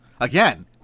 again